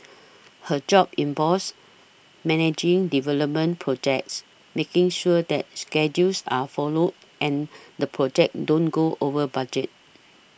her job involves managing development projects making sure that schedules are followed and the projects don't go over budget